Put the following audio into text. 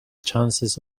chances